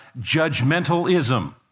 judgmentalism